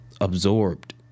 absorbed